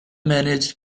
managed